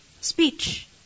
speech